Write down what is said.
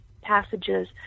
passages